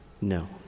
No